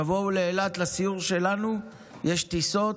תבואו לאילת לסיור שלנו, יש טיסות.